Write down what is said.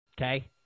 Okay